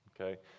Okay